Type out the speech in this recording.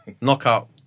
Knockout